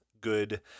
good